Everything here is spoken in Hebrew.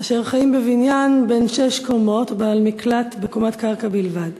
אשר חיים בבניין בן שש קומות ובעל מקלט בקומת קרקע בלבד.